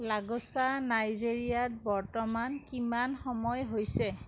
লাগোছা নাইজেৰিয়াত বৰ্তমান কিমান সময় হৈছে